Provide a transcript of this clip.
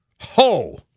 Ho